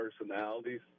personalities